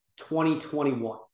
2021